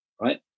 right